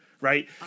Right